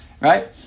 right